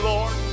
Lord